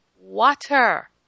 water